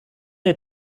der